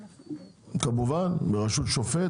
כמובן ברשות שופט,